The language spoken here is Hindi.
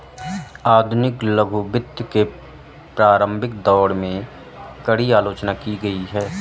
आधुनिक लघु वित्त के प्रारंभिक दौर में, कड़ी आलोचना की गई